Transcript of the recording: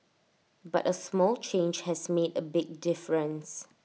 but A small change has made A big difference